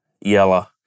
yellow